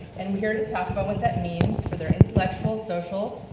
and we're here to talk about what that means for their intellectual, social,